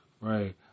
right